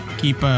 keep